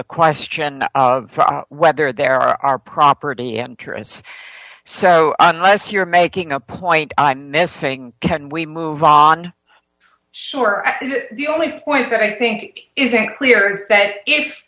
the question of whether there are property interests so unless you're making a point i missed saying can we move on sure i the only point that i think isn't clear is that if